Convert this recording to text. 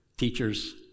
teachers